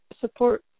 support